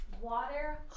Water